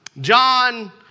John